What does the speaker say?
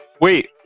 wait